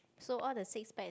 so all the six packs